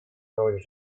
роль